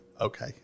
Okay